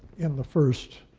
in the first